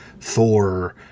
Thor